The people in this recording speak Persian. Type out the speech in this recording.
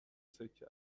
سکه